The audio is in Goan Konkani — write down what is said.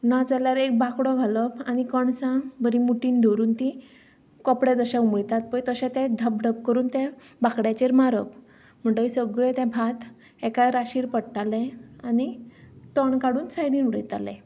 नाजाल्यार एक बांकडो घालप आनी कणसां बरीं मुटीन धरून तीं कपडे जशे उमळितात पळय तशे ढबढब करून ते बांकड्याचेर मारप म्हणटगीर सगलें तें भात एका राशीर पडटालें आनी तण काडून सायडीन उडयताले